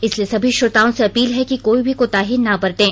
इसलिए सभी श्रोताओं से अपील है कि कोई भी कोताही ना बरतें